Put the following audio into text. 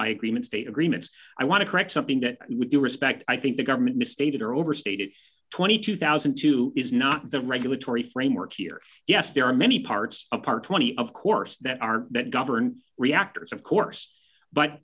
by agreement state agreements i want to correct something that we do respect i think the government misstated or overstated twenty two thousand and two dollars is not the regulatory framework here yes there are many parts apart twenty of course that are that govern reactors of course but